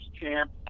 champ